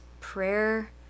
prayer